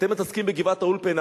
אתם מתעסקים בגבעת-האולפנה.